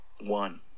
one